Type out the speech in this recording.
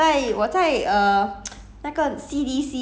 I think 那时我有一个朋友她